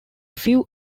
few